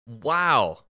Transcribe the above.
Wow